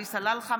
עלי סלאלחה,